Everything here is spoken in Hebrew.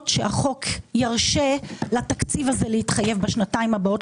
כך שהחוק ירשה לתקציב הזה להתחייב לשנתיים הבאות,